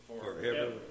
forever